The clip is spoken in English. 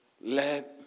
let